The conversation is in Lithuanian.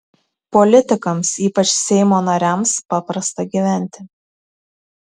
politikams ypač seimo nariams paprasta gyventi